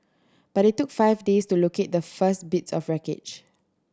but it took five days to locate the first bits of wreckage